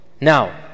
now